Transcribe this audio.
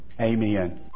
Amen